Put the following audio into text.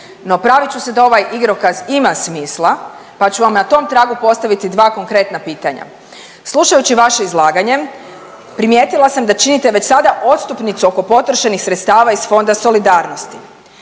No, pravit ću se da ovaj igrokaz ima smisla pa ću vam na tom tragu postaviti dva konkretna pitanja. Slušajući vaše izlaganje primijetila sam da činite već sada odstupnicu oko potrošenih sredstava iz Fonda solidarnosti.